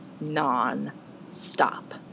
non-stop